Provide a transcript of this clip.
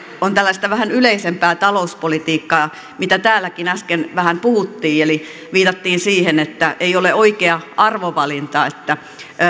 on tällaista vähän yleisempää talouspolitiikkaa mitä täälläkin äsken vähän puhuttiin viitattiin siihen että ei ole oikea arvovalinta että